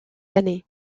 années